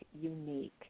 unique